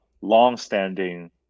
long-standing